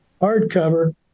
hardcover